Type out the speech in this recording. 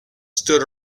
stood